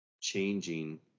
changing